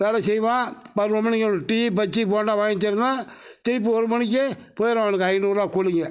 வேலை செய்வான் பதினோரு மணிக்கு அவுனுக்கு டீ பஜ்ஜி போண்டா வாங்கி தரணும் திருப்பி ஒரு மணிக்கு போயிடுவானுங்க ஐநூறுவா கூலிங்க